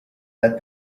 that